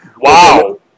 Wow